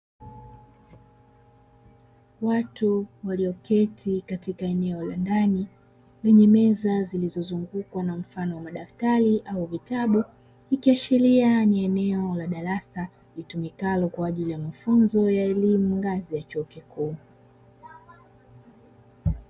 Watu walioketi katika eneo la ndani lenye meza zilizozungukwa na madaftari, ikiashiria kuwa ni eneo la litumikalo kwa ajili ya mafunzo ya elimu ngazi ya chuo kikuu.